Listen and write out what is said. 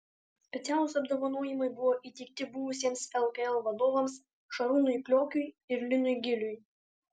specialūs apdovanojimai buvo įteikti buvusiems lkl vadovams šarūnui kliokiui ir linui giliui